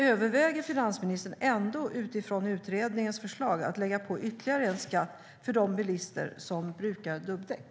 Överväger finansministern ändå att utifrån utredningens förslag lägga på ytterligare en skatt för de bilister som brukar dubbdäck?